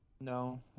No